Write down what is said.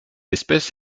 espèce